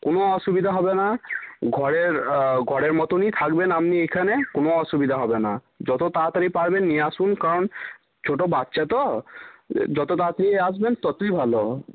কোনো অসুবিধা হবে না ঘরের ঘরের মতোনই থাকবেন আপনি এখানে কোনো অসুবিধা হবে না যতো তাড়াতাড়ি পারবেন নিয়ে আসুন কারণ ছোটো বাচ্চা তো যতো তাড়াতাড়ি আসবেন ততই ভালো